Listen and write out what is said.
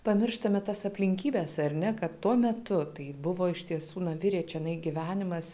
pamirštame tas aplinkybes ar ne kad tuo metu tai buvo iš tiesų na virė čionai gyvenimas